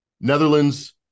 Netherlands